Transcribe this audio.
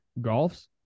Golfs